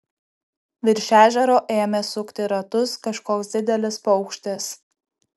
virš ežero ėmė sukti ratus kažkoks didelis paukštis